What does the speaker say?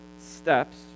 steps